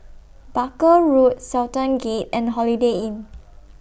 Barker Road Sultan Gate and Holiday Inn